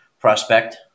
prospect